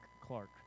Clark